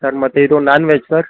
sir ಮತ್ತೆ ಇದು non veg sir